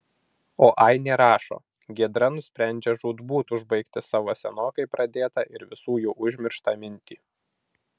o ainė rašo giedra nusprendžia žūtbūt užbaigti savo senokai pradėtą ir visų jau užmirštą mintį